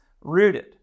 rooted